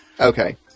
Okay